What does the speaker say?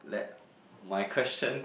let my question